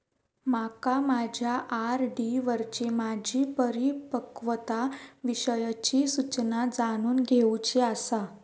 माका माझ्या आर.डी वरची माझी परिपक्वता विषयची सूचना जाणून घेवुची आसा